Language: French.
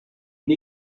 une